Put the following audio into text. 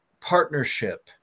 partnership